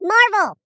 Marvel